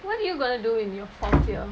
what you gonna do in your fourth yar